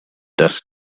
desk